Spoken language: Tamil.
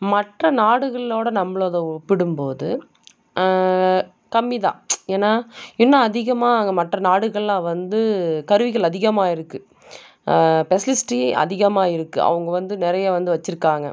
மற்ற நாடுகளோடு நம்மளத ஒப்பிடும் போது கம்மிதான் ஏன்னால் இன்னும் அதிகமாக மற்ற நாடுகளில் வந்து கருவிகள் அதிகமாக இருக்குது ஃபெஸலிஸ்ட்டி அதிகமாக இருக்குது அவங்க வந்து நிறையா வந்து வச்சுருக்காங்க